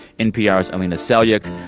npr's alina selyukh,